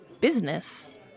business